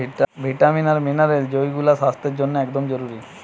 vitamin আর mineral যৌগুলা স্বাস্থ্যের জন্যে একদম জরুরি